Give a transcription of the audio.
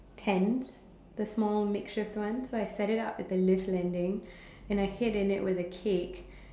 tent the small makeshift one so I set it up at the lift landing and I hid in it with a cake